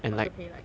how's the pay like